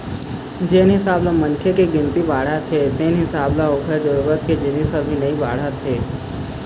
जेन हिसाब ले मनखे के गिनती बाढ़त हे तेन हिसाब ले ओखर जरूरत के जिनिस ह नइ बाढ़त हे